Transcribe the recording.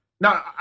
Now